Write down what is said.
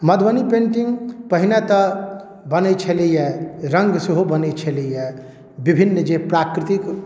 Madhubani painting पहिने तऽ बनै छलैए रङ्ग सेहो बनै छलैए विभिन्न जे प्राकृतिक